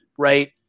Right